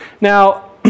Now